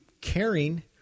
caring